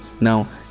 now